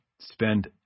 spend